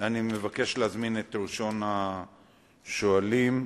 אנו עוברים לנושא הבא בסדר-היום: